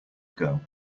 ago